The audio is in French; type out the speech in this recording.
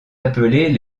appelés